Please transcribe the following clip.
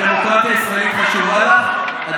הדמוקרטיה הישראלית חשובה לך?